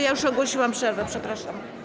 Ja już ogłosiłam przerwę, przepraszam.